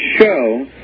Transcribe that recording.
show